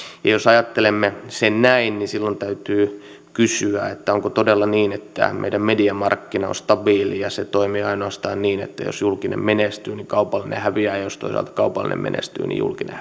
jos ajattelemme sen näin niin silloin täytyy kysyä että onko todella niin että meidän mediamarkkina on stabiili ja se toimii ainoastaan niin että jos julkinen menestyy niin kaupallinen häviää ja jos toisaalta kaupallinen menestyy niin julkinen